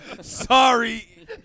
Sorry